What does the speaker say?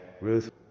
Ruth